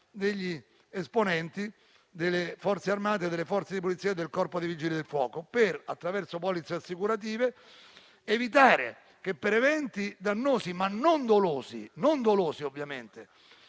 degli esponenti delle Forze armate, delle Forze di polizia e del Corpo dei vigili del fuoco, attraverso polizze assicurative, per evitare che, a seguito di eventi dannosi (ma non dolosi ovviamente)